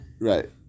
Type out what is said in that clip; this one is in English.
right